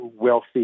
wealthy